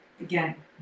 Again